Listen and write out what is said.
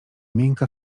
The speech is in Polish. miękka